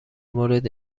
مورد